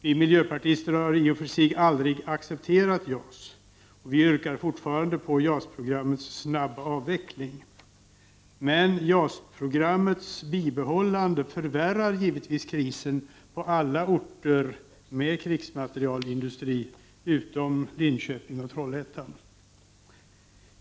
Vi miljöpartister har i och för sig aldrig accepterat JAS-projektet, och vi yrkar fortfarande på dess snabba avveckling. Men JAS-projektets bibehållande förvärrar givetvis krisen på alla orter med krigsmaterielindustri, utom Linköping och Trollhättan.